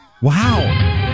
Wow